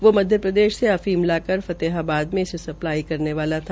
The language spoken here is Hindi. वो मध्यप्रदेश से अफीम लाकर फतेहाबाद में इसे सप्लाई करने वाला था